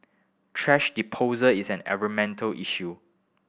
thrash disposal is an environmental issue